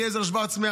לאליעזר שוורץ,